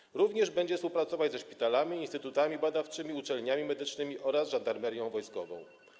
Będzie również współpracować ze szpitalami, z instytutami badawczymi, uczelniami medycznymi oraz Żandarmerią Wojskową.